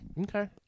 Okay